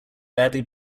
badly